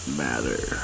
matter